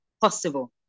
possible